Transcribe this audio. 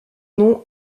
nom